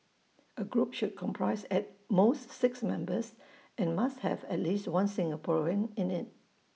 A group should comprise at most six members and must have at least one Singaporean in IT